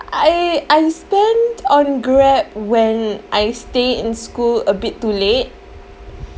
I I spend on Grab when I stay in school a bit too late